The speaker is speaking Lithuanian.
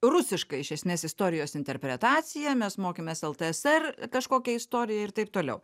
rusiška iš esmės istorijos interpretacija mes mokėmės ltsr kažkokią istoriją ir taip toliau